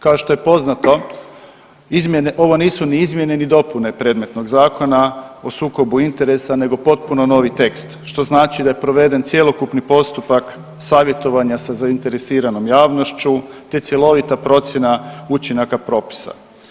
Kao što je poznato izmjene, ovo nisu ni izmjene, ni dopune predmetnog Zakona o sukobu interesa nego potpuno novi tekst što znači da je proveden cjelokupni postupak savjetovanja sa zainteresiranom javnošću te cjelovita procjena učinaka propisa.